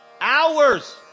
Hours